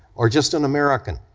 or just an american,